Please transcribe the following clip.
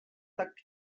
tak